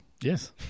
Yes